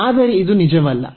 ಆದರೆ ಇದು ನಿಜವಲ್ಲ